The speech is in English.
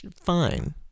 fine